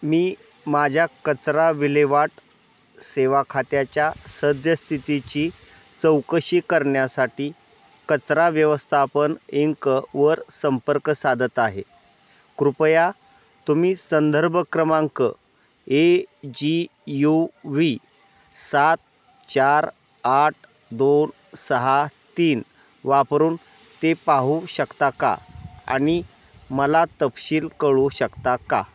मी माझ्या कचरा विल्हेवाट सेवा खात्याच्या सद्यस्थितीची चौकशी करण्यासाठी कचरा व्यवस्थापन इंक दर्भ क्रमांक ए जी यू व्ही सात चार आठ दोन सहा तीन वापरून ते पाहू शकता का आणि मला तपशील कळवू शकता का